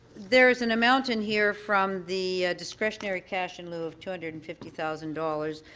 there's an amount in here from the discretionary cash in lieu of two hundred and fifty thousand dollars.